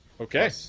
Okay